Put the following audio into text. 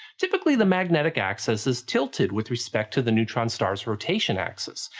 typically the magnetic axis is tilted with respect to the neutron star's rotation axis,